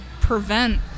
prevent